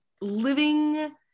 living